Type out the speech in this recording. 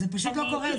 זה פשוט לא קורה.